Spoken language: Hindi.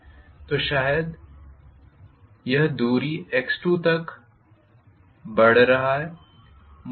तो शायद यह दूरी x2तक बढ़ रहा है